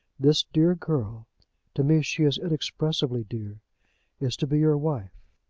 this dear girl to me she is inexpressibly dear is to be your wife?